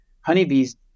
honeybee's